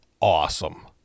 awesome